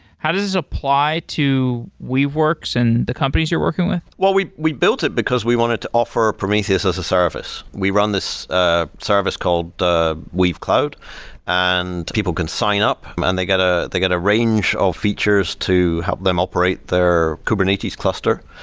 how does apply to weaveworks and the companies you're working with? well, we we built it because we wanted to offer prometheus as a service. we run this ah service called weave cloud and people can sign up and they got ah they got a range of features to help them operate their kubernetes cluster,